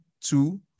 two